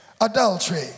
adultery